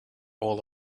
all